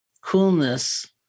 coolness